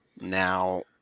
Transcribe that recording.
Now